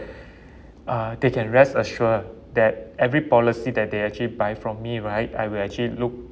uh they can rest assure that every policy that they actually buy from me right I will actually look